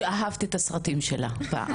שאהבת את הסרטים שלה פעם.